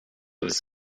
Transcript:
his